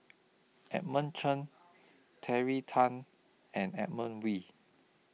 Edmund Chen Terry Tan and Edmund Wee